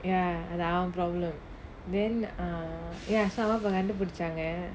ya and our own problem then err ya அம்மா அப்பா கண்டுபிடிச்சாங்க:amma appa kandupidichaanga